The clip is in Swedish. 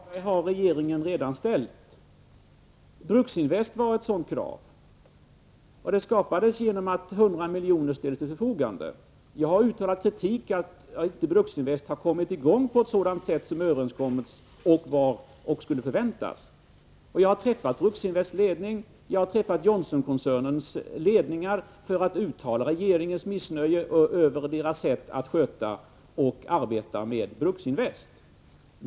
Herr talman! Sådana krav, herr Hagberg, har regeringen redan ställt. Skapandet av Bruksinvest AB var ett sådant krav. Företaget skapades genom att 100 milj.kr. ställdes till förfogande. Jag har framfört kritik därför att Bruksinvest inte har kommit i gång på ett sådant sätt som var överenskommet och som förväntades. Jag har träffat företrädare för Bruksinvests ledning och jag har träffat företrädare för Johnsonkoncernens ledningar för att uttala regeringens missnöje när det gäller deras sätt att sköta och arbeta med Bruksinvest.